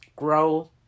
grow